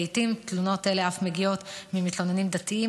לעיתים תלונות אלה אף מגיעות ממתלוננים דתיים,